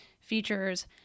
features